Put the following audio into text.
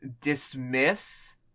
dismiss